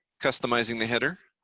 customizing the header,